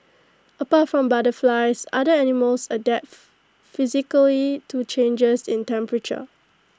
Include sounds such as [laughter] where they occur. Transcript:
apart from butterflies other animals adapt [noise] physically to changes in temperature